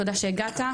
תודה שהגעת,